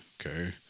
okay